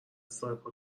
سایپا